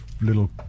little